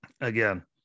Again